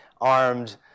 armed